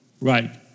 Right